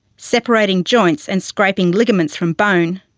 separating joints and scraping ligaments from bone,